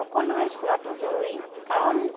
সকলোৱে চোৱাটো জৰুৰী কাৰণ